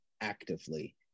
Actively